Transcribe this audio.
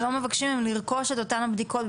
ולא מבקשים מהם לרכוש את אותן הבדיקות,